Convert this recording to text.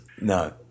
No